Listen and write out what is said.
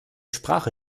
sprache